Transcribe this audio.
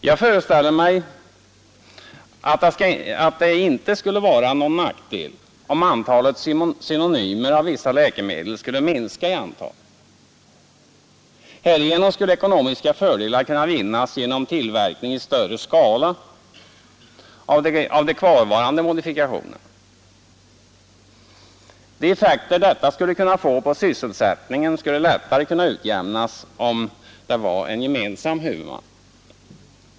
Jag föreställer mig att det inte skulle vara någon nackdel om antalet synonymer av vissa läkemedel skulle minska i antal. Härvid skulle ekonomiska fördelar kunna vinnas genom tillverkning i större skala av de kvarvarande modifikationerna. De effekter detta skulle kunna få på sysselsättningen skulle lättare kunna utjämnas om huvudmannen var gemensam.